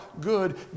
good